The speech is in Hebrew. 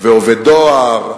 ומעובד דואר,